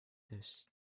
this